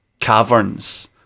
caverns